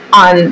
on